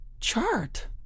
chart